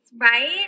right